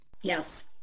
Yes